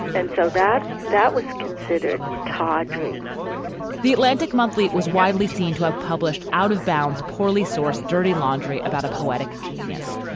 and so that that was considered tawdry the atlantic monthly was widely seen to have published out of bounds, poorly sourced, dirty laundry about a poetic genius.